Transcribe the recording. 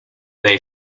they